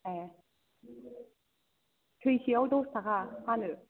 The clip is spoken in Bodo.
ए सैसेयाव दस थाखा फानो